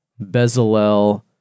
Bezalel